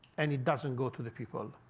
and it doesn't go to the people.